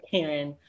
Karen